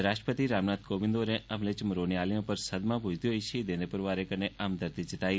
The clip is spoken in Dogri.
राष्ट्रपति रामनाथ कोविंद होरें हमले च मरौने आहलें उप्पर सदमा बुज्झदे होई शहीदें दे परोआरें कन्नै हमदर्दी जताई